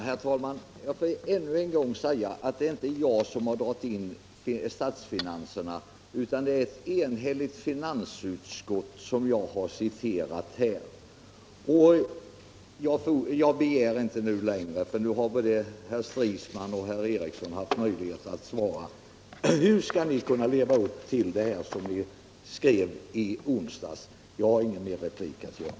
Herr talman! Jag vill ännu en gång säga att det inte är jag som dragit in statsfinanserna. Det är ett enhälligt finansutskott som jag citerat. Jag begär inte längre något svar, för nu har både herr Stridsman och herr Eriksson i Arvika haft tillfälle att lämna det: Hur skall ni kunna leva upp till det ni skrev i onsdags? Jag har inget ytterligare tillägg att göra.